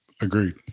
Agreed